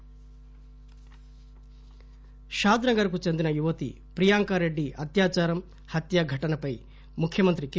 Priyanka Shadnagar కు చెందిన యువతి ప్రియాంక రెడ్డి అత్యాచారం హత్య ఘటనపై ముఖ్యమంత్రి కె